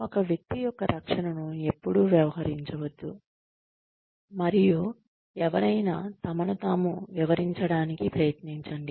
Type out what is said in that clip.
ఒక వ్యక్తిని ఎపుడూ డిఫెన్స్ చేయవద్దు మరియు వారిని వారి గురుంచి వివరించడానికి ప్రయత్నించనివ్వండి